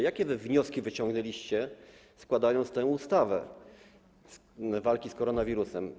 Jakie wnioski wyciągnęliście, składając tę ustawę, z walki z koronawirusem?